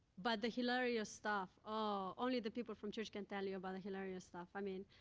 but the hilarious stuff oh, only the people from church can tell you about the hilarious stuff. i mean,